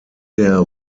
der